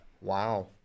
Wow